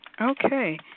Okay